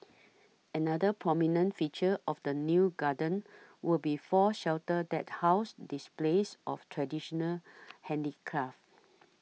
another prominent feature of the new garden will be four shelters that house displays of traditional handicraft